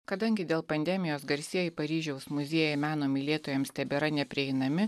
kadangi dėl pandemijos garsieji paryžiaus muziejai meno mylėtojams tebėra neprieinami